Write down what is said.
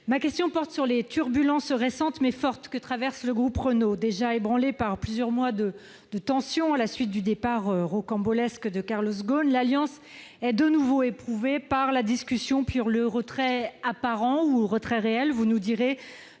Elle porte sur les turbulences récentes, mais fortes, que traverse le groupe Renault. Déjà ébranlée par plusieurs mois de tensions, à la suite du départ rocambolesque de Carlos Ghosn, l'alliance est de nouveau éprouvée par la discussion, puis le retrait apparent ou réel- vous nous le direz